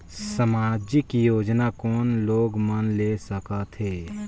समाजिक योजना कोन लोग मन ले सकथे?